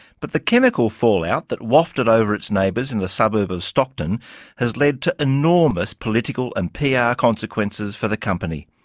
but the chemical fallout that wafted over its neighbours in the suburb of stockton has led to enormous political and pr yeah consequences for the company.